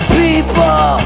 people